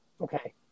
Okay